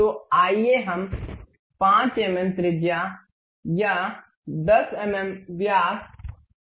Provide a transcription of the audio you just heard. तो आइए हम 5 एम एम त्रिज्या या 10 एम एम व्यास का निर्माण करें